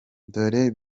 dore